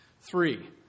Three